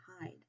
hide